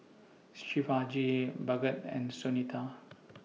Shivaji Bhagat and Sunita